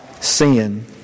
sin